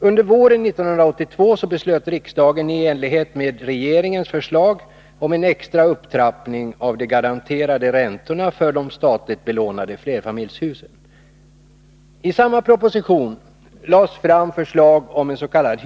Under våren 1982 beslöt riksdagen i enlighet med regeringens förslag att genomföra en extra upptrappning av de garanterade räntorna avseende statligt belånade flerfamiljshus. I samma proposition lades fram förslag om ens.k.